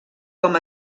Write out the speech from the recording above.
com